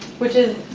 which is,